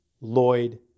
Lloyd